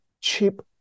cheap